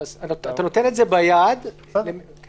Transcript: אתה נותן את זה ביד --- בעצם,